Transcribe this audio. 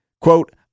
Quote